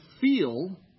feel